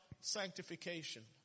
sanctification